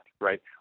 right